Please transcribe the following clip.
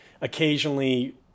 occasionally